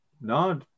No